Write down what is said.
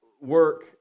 work